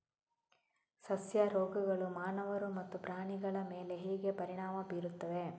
ಸಸ್ಯ ರೋಗಗಳು ಮಾನವರು ಮತ್ತು ಪ್ರಾಣಿಗಳ ಮೇಲೆ ಹೇಗೆ ಪರಿಣಾಮ ಬೀರುತ್ತವೆ